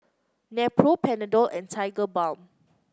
Nepro Panadol and Tigerbalm